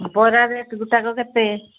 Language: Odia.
ବରା ରେଟ୍ ଗୁଟାକ କେତେ